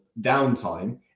downtime